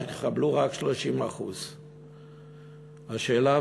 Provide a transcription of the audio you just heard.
תקבלו רק 30%. השאלה,